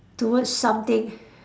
towards something